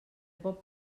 pot